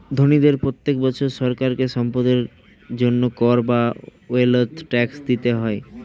ধনীদের প্রত্যেক বছর সরকারকে সম্পদের জন্য কর বা ওয়েলথ ট্যাক্স দিতে হয়